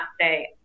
say